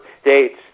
states